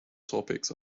topics